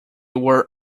were